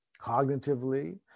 cognitively